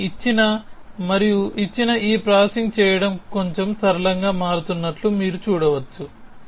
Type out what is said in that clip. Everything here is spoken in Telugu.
దీనిని ఇచ్చిన మరియు ఇచ్చిన ఈ ప్రాసెసింగ్ చేయడం కొంచెం సరళంగా మారుతున్నట్లు మీరు చూడవచ్చు